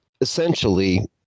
essentially